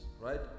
right